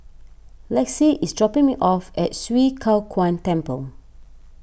Lexi is dropping me off at Swee Kow Kuan Temple